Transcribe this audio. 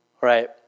right